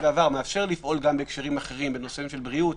בעבר מאפשר לפעול גם בהקשרים האחרים בנושאים של בריאות,